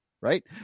right